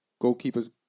Goalkeeper's